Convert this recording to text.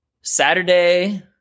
Saturday